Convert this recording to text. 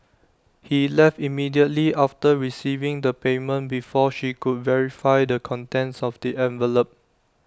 he left immediately after receiving the payment before she could verify the contents of the envelope